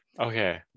Okay